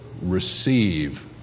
receive